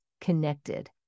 connected